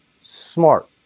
smart